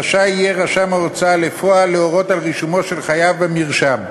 רשאי יהיה רשם ההוצאה לפועל להורות על רישומו של חייב במרשם.